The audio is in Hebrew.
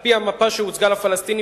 על-פי המפה שהוצגה לפלסטינים,